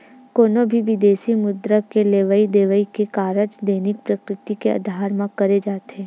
कोनो भी बिदेसी मुद्रा के लेवई देवई के कारज दैनिक प्रकृति के अधार म करे जाथे